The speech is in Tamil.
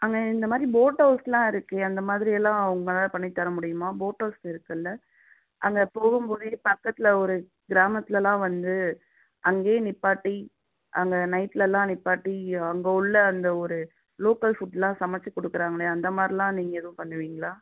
அங்கே இந்தமாதிரி போட் ஹவுஸ்லாம் இருக்குது அந்தமாதிரி எல்லாம் உங்களால் பண்ணி தர முடியுமா போட் ஹவுஸ் இருக்குதுல்ல அங்கே போகும்போதே பக்கத்தில் ஒரு கிராமத்திலலாம் வந்து அங்கேயே நிப்பாட்டி அங்கே நைட்லலாம் நிப்பாட்டி அங்கே உள்ள அந்த ஒரு லோக்கல் ஃபுட்லாம் சமைச்சி கொடுக்குறாங்களே அந்தமாதிரில்லாம் நீங்கள் ஏதும் பண்ணுவீங்களா